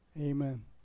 amen